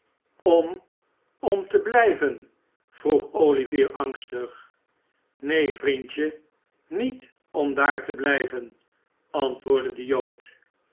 om om te blijven vroeg olivier angstig neen vriendje niet om daar te blijven antwoordde de jood